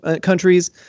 countries